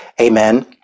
Amen